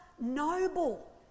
noble